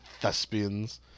thespians